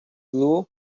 blue